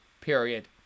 period